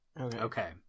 Okay